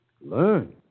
Learn